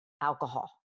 alcohol